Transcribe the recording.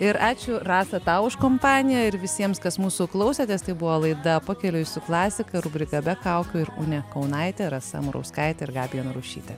ir ačiū rasa tau už kompaniją ir visiems kas mūsų klausėtės tai buvo laida pakeliui su klasika rubrika be kaukių ir unė kaunaitė rasa murauskaitė ir gabija narušytė